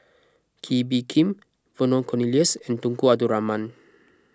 Kee Bee Khim Vernon Cornelius and Tunku Abdul Rahman